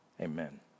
amen